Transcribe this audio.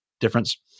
difference